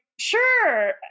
sure